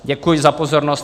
Děkuji za pozornost.